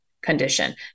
condition